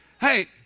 Hey